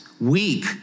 weak